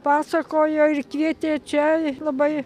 pasakojo ir kvietė čia labai